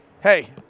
hey